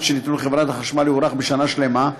שניתנו לחברת החשמל יוארך בשנה שלמה,